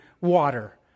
water